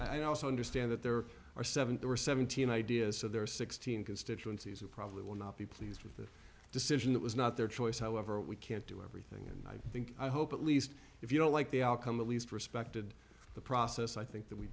i also understand that there are seven there were seventeen ideas so there are sixteen constituencies that probably will not be pleased with the decision that was not their choice however we can't do everything and i think i hope at least if you don't like the outcome at least respected the process i think that we